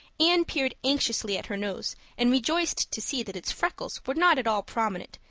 anne peered anxiously at her nose and rejoiced to see that its freckles were not at all prominent,